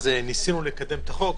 אז ניסינו לקדם את החוק,